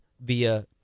via